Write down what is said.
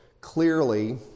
clearly